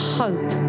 hope